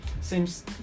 Seems